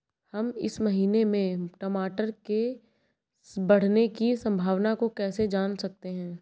हम इस महीने में टमाटर के बढ़ने की संभावना को कैसे जान सकते हैं?